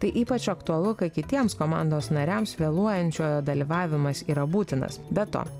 tai ypač aktualu kai kitiems komandos nariams vėluojančiojo dalyvavimas yra būtinas be to